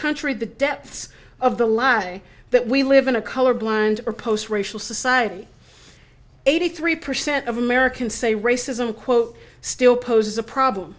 country the depths of the lie that we live in a colorblind post racial society eighty three percent of americans say racism quote still poses a problem